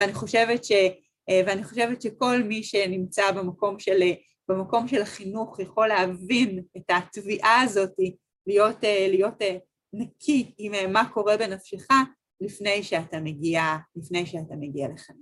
ואני חושבת שכל מי שנמצא במקום של החינוך יכול להבין את התביעה הזאתי, להיות נקי עם מה קורה בנפשך לפני שאתה מגיע, לפני שאתה מגיע בכלל